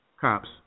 cops